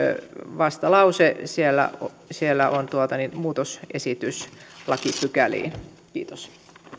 vastalause siellä siellä on muutosesitys lakipykäliin kiitos